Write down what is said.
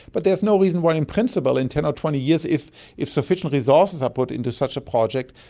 but there is no reason why in principle in ten or twenty years if if sufficient resources are put into such a project,